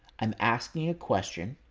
i'm asking a question.